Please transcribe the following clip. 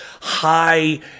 high